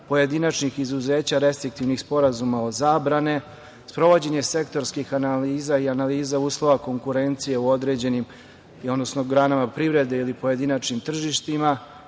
pojedinačnih izuzeća restriktivnih sporazuma o zabrani, sprovođenje sektorskih analiza i analiza uslova konkurencije u određenim granama privrede ili pojedinačnim tržištima,